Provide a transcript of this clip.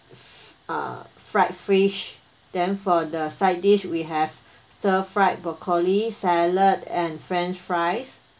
f~ ah fried fish then for the side dish we have stir fried broccoli salad and french fries